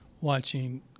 watching